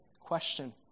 question